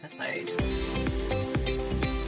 episode